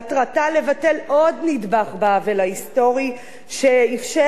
מטרתה לבטל עוד נדבך בעוול ההיסטורי שאפשר